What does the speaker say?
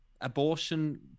abortion